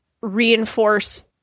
reinforce